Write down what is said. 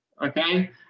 Okay